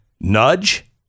nudge